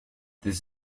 this